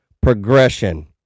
progression